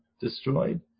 destroyed